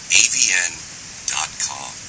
avn.com